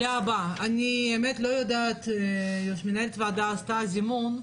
להבא, אני באמת לא יודעת אם מנהלת הוועדה זימנה,